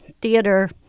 theater